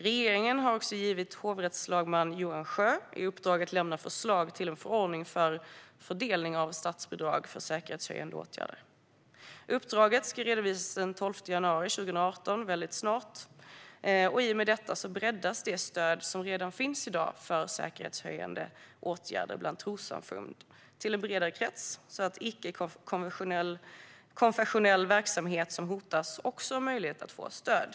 Regeringen har givit hovrättslagman Johan Sjöö i uppdrag att lämna förslag till en förordning för fördelning av statsbidrag för säkerhetshöjande åtgärder. Uppdraget ska redovisas den 12 januari 2018, alltså väldigt snart. I och med detta breddas det stöd som redan i dag finns för säkerhetshöjande åtgärder bland trossamfund till en bredare krets, så att icke-konfessionell verksamhet som hotas också har möjlighet att få stöd.